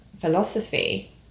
philosophy